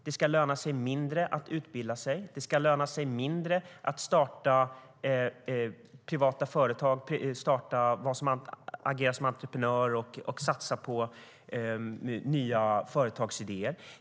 Det ska löna sig mindre att utbilda sig. Det ska löna sig mindre att starta företag, agera som entreprenör och satsa på nya företagsidéer.